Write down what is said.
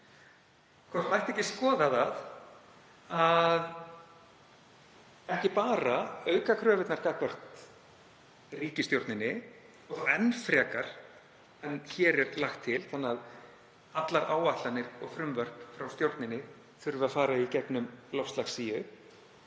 ekki mætti skoða það að ekki bara auka kröfurnar gagnvart ríkisstjórninni, og þá enn frekar en hér er lagt til, þannig að allar áætlanir og frumvörp frá stjórninni þurfi að fara í gegnum loftslagssíu,